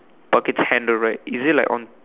buckets hand the right is it like on